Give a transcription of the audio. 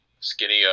skinny